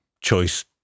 choice